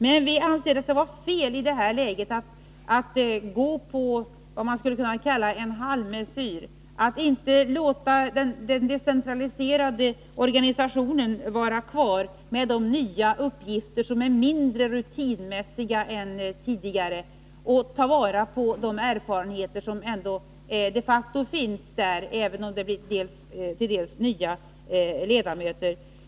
Men vi anser att det var fel att i det här läget låta det bli något man skulle kunna kalla halvmesyr, dvs. att inte låta den decentraliserade organisationen vara kvar med också nya uppgifter av mindre rutinmässig karaktär än de tidigare och ta vara på de erfarenheter som de facto finns i nämnderna, även om de till dels får nya ledamöter.